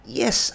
yes